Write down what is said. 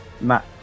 Matt